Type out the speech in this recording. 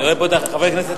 אני רואה פה את חברי הכנסת,